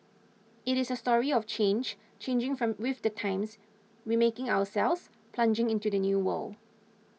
it is a story of change changing from with the times remaking ourselves plugging into the new world